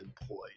employed